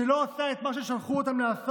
שלא עושה את מה ששלחו אותה לעשות,